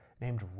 named